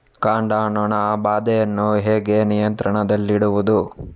ಕಾಂಡ ನೊಣ ಬಾಧೆಯನ್ನು ಹೇಗೆ ನಿಯಂತ್ರಣದಲ್ಲಿಡುವುದು?